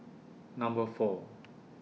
Number four